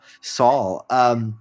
Saul